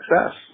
success